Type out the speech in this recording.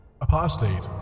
Apostate